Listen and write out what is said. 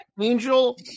angel